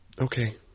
Okay